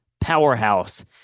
powerhouse